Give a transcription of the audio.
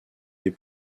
des